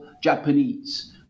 japanese